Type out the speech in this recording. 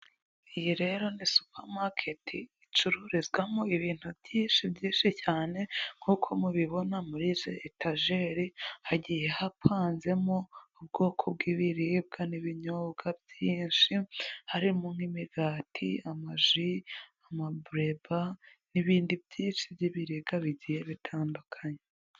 Iyi rero ni supamaketi icururizwamo ibintu byinshi byinshi cyane, nkuko mubibona muri izi etajeri, hagiye hapanzemo ubwoko bw'ibiribwa n'ibinyobwa byinshi, harimo nk'imigati, amaji, amabuleba n'ibindi byinshi by'ibiribwa bigiye bitandukanye.